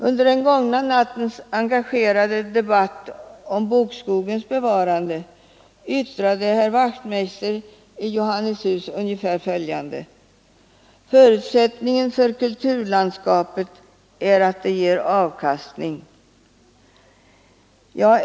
Under den gångna nattens engagerade debatt om bokskogens bevarande yttrade herr Wachtmeister i Johannishus ungefär följande: Förutsättningen för kulturlandskapet är att det ger avkastning.